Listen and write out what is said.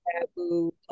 taboo